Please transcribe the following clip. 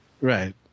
Right